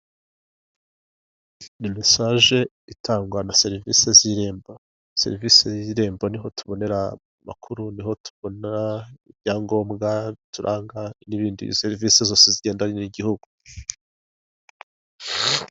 Ni mesaje itangwa na serivise z'irembo. Serivise y'iermbo niho tubonera amakuru, niho tubona ibyangombwa bituranga n'izindi serivise zose zigendanye n'igihugu.